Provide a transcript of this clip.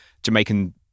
jamaican